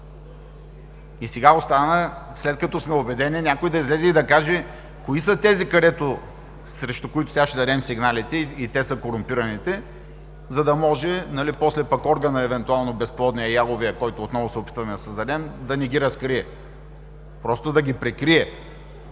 Сега остана, след като сме убедени, някой да излезе и да каже кои са тези, срещу които сега ще дадем сигналите и те са корумпираните, за да може после евентуално безплодният, яловият орган, който отново се опитваме да създадем, да не ги разкрие? Просто да ги прикрие